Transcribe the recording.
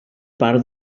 part